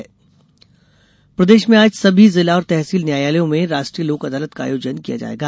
लोक अदालत प्रदेश में आज सभी जिला और तहसील न्यायालयों में राष्ट्रीय लोक अदालत का आयोजन किया जायेगा